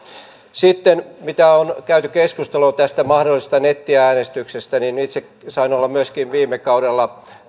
sitten on käyty keskustelua tästä mahdollisesta nettiäänestyksestä itse sain olla myöskin viime kaudella